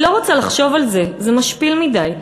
היא לא רוצה לחשוב על זה, זה משפיל מדי.